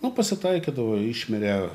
nu pasitaikydavo išmirė